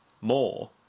more